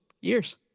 years